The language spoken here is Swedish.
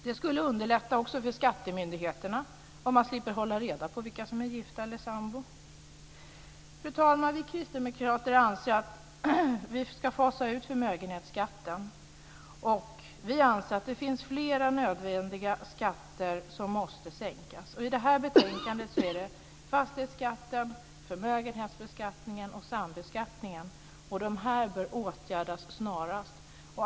Det skulle underlätta också för skattemyndigheterna om man slipper hålla reda på vilka som är gifta eller sambor. Fru talman! Vi kristdemokrater anser att vi ska fasa ut förmögenhetsskatten. Vi anser att det finns fler nödvändiga skatter som måste sänkas. I det här betänkandet är det fastighetsskatten, förmögenhetsbeskattningen och sambeskattningen. De bör åtgärdas snarast.